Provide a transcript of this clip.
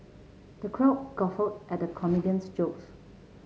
the crowd guffawed at the comedian's jokes